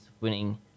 winning